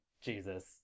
Jesus